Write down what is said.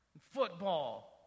football